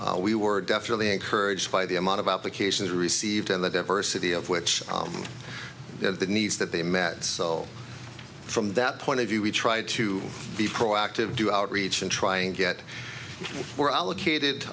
we were definitely encouraged by the amount of applications received and the diversity of which of the needs that they met so from that point of view we try to be proactive do outreach in trying to get were allocated